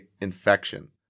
infection